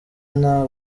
nta